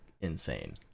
insane